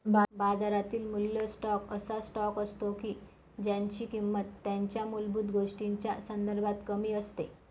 बाजारातील मूल्य स्टॉक असा स्टॉक असतो की ज्यांची किंमत त्यांच्या मूलभूत गोष्टींच्या संदर्भात कमी असते